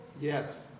Yes